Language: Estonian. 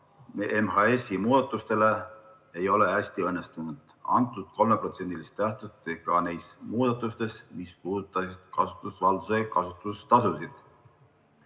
MHS-i muudatustele ei ole hästi õnnestunud. Antud 3%‑st lähtuti ka neis muudatustes, mis puudutasid kasutusvalduse kasutustasusid.